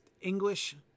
English